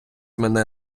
мене